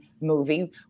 movie